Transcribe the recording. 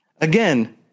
Again